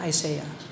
Isaiah